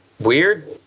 Weird